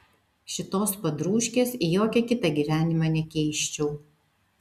šitos padrūškės į jokią kitą gyvenime nekeisčiau